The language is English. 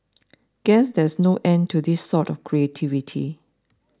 guess there is no end to this sort of creativity